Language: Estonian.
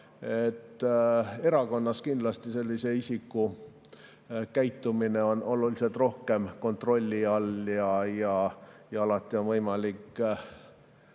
Erakonnas on sellise isiku käitumine kindlasti oluliselt rohkem kontrolli all ja alati on võimalik